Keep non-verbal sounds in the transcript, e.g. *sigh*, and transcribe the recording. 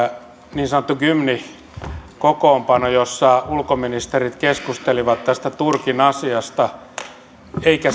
niin sanottu gymnich kokoonpano jossa ulkoministerit keskustelivat tästä turkin asiasta eikä *unintelligible*